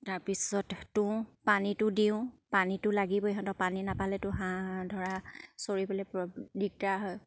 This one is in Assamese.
তাৰপিছত তোঁহ পানীটো দিওঁ পানীটো লাগিবই সিহঁতৰ পানী নাপালেটো হাঁহ ধৰা চৰিবলে দিগদাৰ হয়